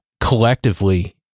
Collectively